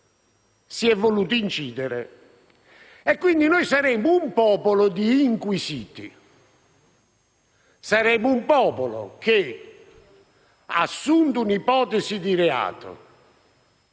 si è voluto incidere? Quindi noi saremo un popolo di inquisiti. Saremo un popolo che, assunta un'ipotesi di reato,